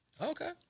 Okay